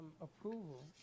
approval